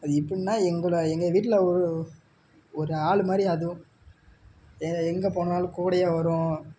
அது எப்படின்னா எங்கள்ல எங்கள் வீட்டில் ஒரு ஆள் மாதிரி அதுவும் எங்கே போனாலும் கூடயே வரும்